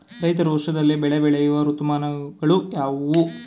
ರೈತರು ವರ್ಷದಲ್ಲಿ ಬೆಳೆ ಬೆಳೆಯುವ ಋತುಮಾನಗಳು ಯಾವುವು?